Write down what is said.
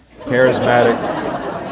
Charismatic